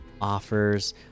offers